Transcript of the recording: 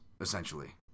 essentially